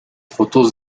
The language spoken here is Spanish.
fotos